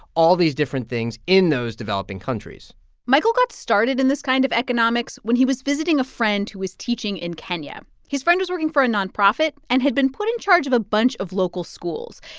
all these different things in those developing countries michael got started in this kind of economics when he was visiting a friend who was teaching in kenya. his friend was working for a nonprofit and had been put in charge of a bunch of local schools.